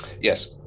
Yes